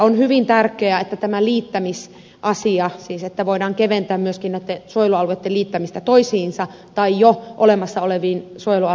on hyvin tärkeää että voidaan keventää myöskin suojelualueitten liittämistä toisiinsa tai jo olemassa oleviin suojelualueisiin